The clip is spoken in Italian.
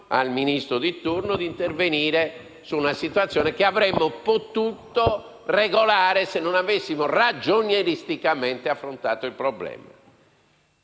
al Ministro di turno di intervenire su una situazione che avremmo potuto regolare, se non avessimo affrontato il problema